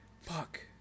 fuck